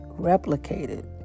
replicated